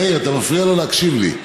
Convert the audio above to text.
מאיר, אתה מפריע לו להקשיב לי.